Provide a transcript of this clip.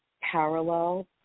parallel